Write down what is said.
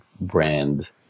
brand